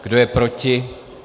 Kdo je proti?